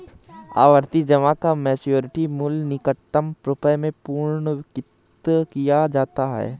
आवर्ती जमा का मैच्योरिटी मूल्य निकटतम रुपये में पूर्णांकित किया जाता है